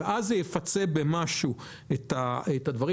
ואז זה יפצה במשהו את הדברים.